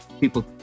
people